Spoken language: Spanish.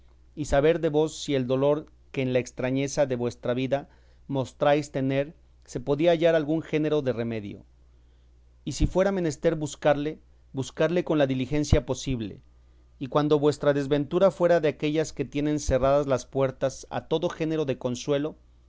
y saber de vos si el dolor que en la estrañeza de vuestra vida mostráis tener se podía hallar algún género de remedio y si fuera menester buscarle buscarle con la diligencia posible y cuando vuestra desventura fuera de aquellas que tienen cerradas las puertas a todo género de consuelo